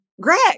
Greg